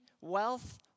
wealth